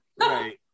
Right